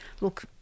look